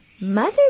Mother